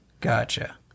Gotcha